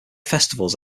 festivals